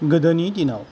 गोदोनि दिनाव